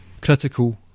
critical